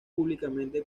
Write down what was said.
públicamente